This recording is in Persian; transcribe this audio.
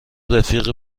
رفیق